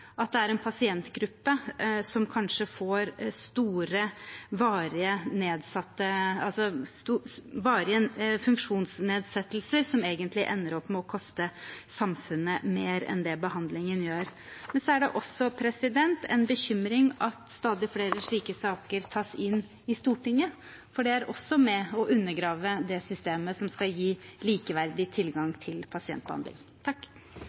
kanskje får store varige funksjonsnedsettelser som egentlig ender med å koste samfunnet mer enn det behandlingen gjør. Men så er det også en bekymring at stadig flere slike saker tas inn i Stortinget, for det er også med på å undergrave det systemet som skal gi likeverdig